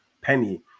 Penny